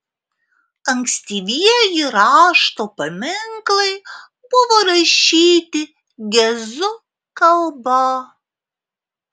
ankstyvieji rašto paminklai buvo rašyti gezu kalba